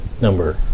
Number